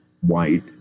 white